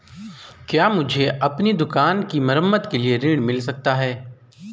क्या मुझे अपनी दुकान की मरम्मत के लिए ऋण मिल सकता है?